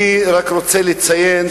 אני רק רוצה לציין,